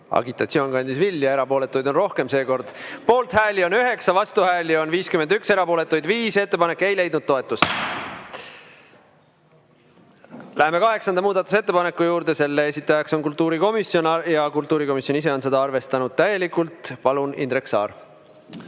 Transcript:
Agitatsioon kandis vilja, erapooletuid on seekord rohkem. Poolthääli on 9, vastuhääli on 51, erapooletuid 5. Ettepanek ei leidnud toetust. Läheme kaheksanda muudatusettepaneku juurde. Selle esitajaks on kultuurikomisjon ja kultuurikomisjon ise on seda arvestanud täielikult. Palun, Indrek Saar!